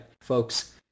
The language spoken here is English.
folks